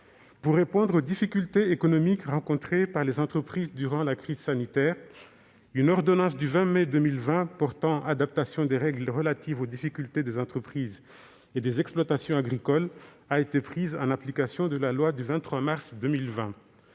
Pour répondre aux difficultés économiques rencontrées par les entreprises durant la crise sanitaire, une ordonnance du 20 mai 2020 portant adaptation des règles relatives aux difficultés des entreprises et des exploitations agricoles aux conséquences de l'épidémie de